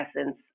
essence